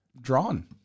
drawn